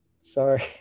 sorry